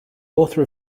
author